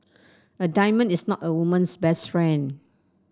a diamond is not a woman's best friend